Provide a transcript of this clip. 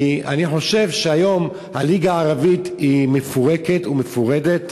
כי אני חושב שהיום הליגה הערבית מפורקת ומפורדת.